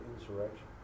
insurrection